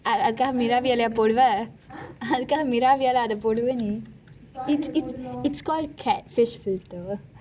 அதற்காக:atharkaka meravi லே போடுவே அதற்காக:lei poduvei atharkaka meravi லே போடுவே:lei poduvei its called cat fish filter